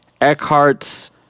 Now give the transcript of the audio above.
Eckhart's